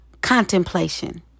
contemplation